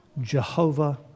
Jehovah